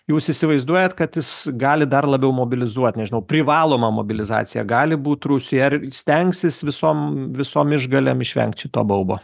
jūs įsivaizduojat kad jis gali dar labiau mobilizuot nežinau privalomą mobilizaciją gali būt rusija ar stengsis visom visom išgalėm išvengt šito baubo